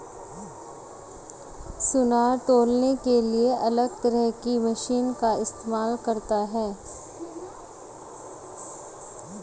सुनार तौलने के लिए अलग तरह की मशीन का इस्तेमाल करता है